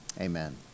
amen